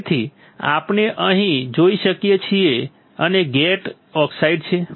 તેથી આપણે અહીં જોઈ શકીએ છીએ અને ત્યાં ગેટ ઓક્સાઈડ છે